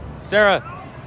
sarah